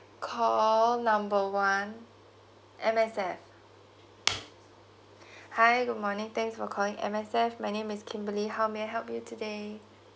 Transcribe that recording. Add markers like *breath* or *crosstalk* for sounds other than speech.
call number one M_S_F *breath* hi good morning thanks for calling M_S_F my name is kimberly how may I help you today